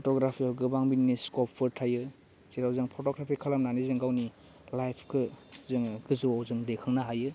फट'ग्राफियाव गोबां बिदिनो स्कपफोर थायो जेराव जों फट'ग्राफि खालामनानै जों गावनि लाइभखो जोङो गोजौआव जों दैखांनो हायो